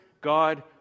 God